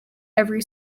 every